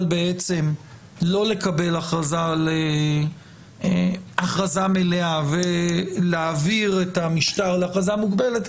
בעצם לא לקבל הכרזה מלאה ולהעביר את המשטר להכרזה מוגבלת,